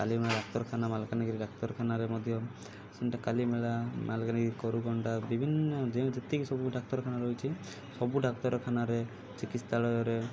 କାଲିମେଳା ଡାକ୍ତରଖାନା ମାଲକାନଗିରି କ୍ତରଖାନାରେ ମଧ୍ୟ ସେମିତି କାଲିମେଳା ମାଲକାନଗିରି କରୁଗଣ୍ଡା ବିଭିନ୍ନ ଯେତିକି ସବୁ ଡାକ୍ତରଖାନା ରହିଛି ସବୁ ଡାକ୍ତରଖାନାରେ ଚିକିତ୍ସାଳୟରେ